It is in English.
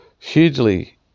hugely